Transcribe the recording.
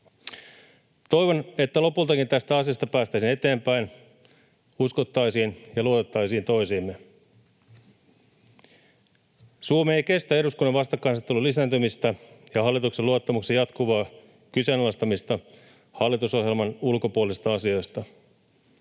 Toivon, että lopultakin tästä asiasta päästäisiin eteenpäin, uskottaisiin ja luotettaisiin toisiimme. Suomi ei kestä eduskunnan vastakkainasettelun lisääntymistä ja hallituksen luottamuksen jatkuvaa kyseenalaistamista hallitusohjelman ulkopuolisesta asiasta.